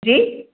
जी